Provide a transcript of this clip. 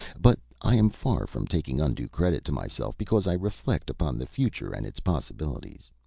but i am far from taking undue credit to myself because i reflect upon the future and its possibilities.